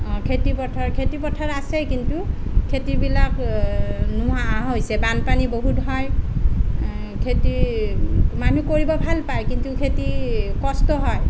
খেতি পথাৰ খেতি পথাৰ আছে কিন্তু খেতিবিলাক নোহোৱা হৈছে বানপানী বহুত হয় খেতি মানুহ কৰিব ভাল পায় কিন্তু খেতি কষ্ট হয়